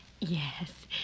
Yes